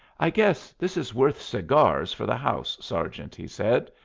i guess this is worth cigars for the house, sergeant, he said.